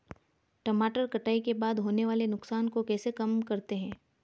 टमाटर कटाई के बाद होने वाले नुकसान को कैसे कम करते हैं?